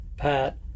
Pat